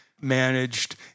managed